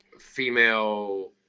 female